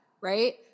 Right